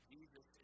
Jesus